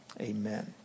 amen